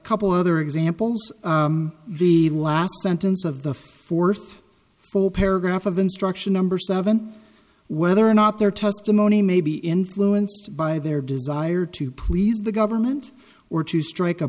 couple other examples the last sentence of the fourth full paragraph of instruction number seven whether or not their testimony may be influenced by their desire to please the government or to strike a